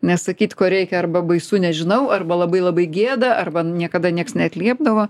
nesakyt ko reikia arba baisu nežinau arba labai labai gėda arba niekada niekas neatliepdavo